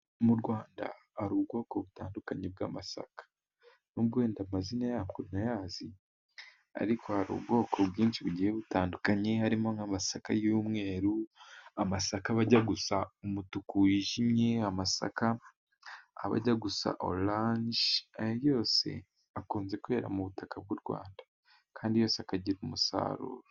Mu Rwanda hari ubwoko butandukanye bw'amasaka nubwo wenda amazina yabwo ntayazi, ariko hari ubwoko bwinshi bugiye butandukanye. Harimo nk'amasaka y'umweru, amasaka aba ajya gusa umutuku wijimye, amasaka aba ajya gusa oranje. Aya yose akunze kwera mu butaka bw'u Rwanda kandi yose akagira umusaruro.